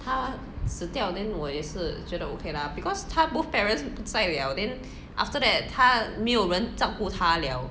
她死掉 then 我也是觉得 ok lah cause 她 both parents 不在 liao then after that 她没有人照顾她 liao